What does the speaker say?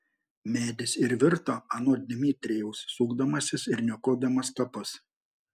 medis ir virto anot dmitrijaus sukdamasis ir niokodamas kapus